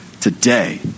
today